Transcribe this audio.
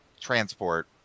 transport